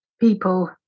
people